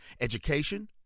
education